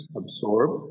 absorb